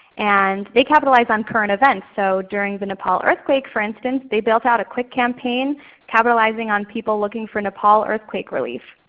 and they capitalize on current events so during the nepal earthquake for instance, they built out a quick campaign capitalizing on people looking for nepal earthquake relief.